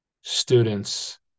students